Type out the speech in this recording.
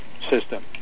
system